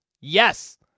Yes